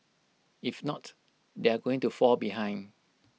if not they are going to fall behind